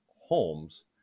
Holmes